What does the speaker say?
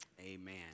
Amen